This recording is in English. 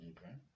Okay